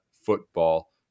football